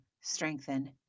strengthen